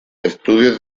estudios